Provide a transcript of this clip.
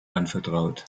anvertraut